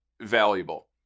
valuable